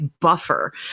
buffer